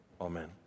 amen